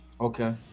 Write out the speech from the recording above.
Okay